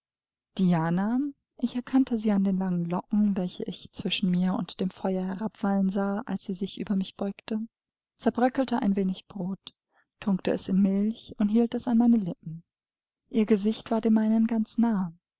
dazu diana ich erkannte sie an den langen locken welche ich zwischen mir und dem feuer herabwallen sah als sie sich über mich beugte zerbröckelte ein wenig brot tunkte es in milch und hielt es an meine lippen ihr gesicht war dem meinen ganz nahe